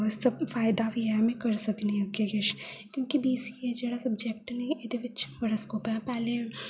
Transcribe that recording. सब फायदा बी ऐ में करी सकनी आं अग्गे केश क्योंकि बीसीए जेह्ड़ा सब्जेक्ट न एह्दे बिच्च बड़ा स्कोप ऐ पैह्ले